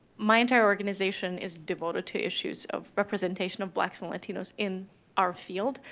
my entire organization is devoted to issues of representation of blacks and latinos in our field,